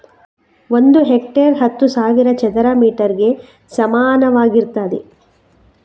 ಒಂದು ಹೆಕ್ಟೇರ್ ಹತ್ತು ಸಾವಿರ ಚದರ ಮೀಟರ್ ಗೆ ಸಮಾನವಾಗಿರ್ತದೆ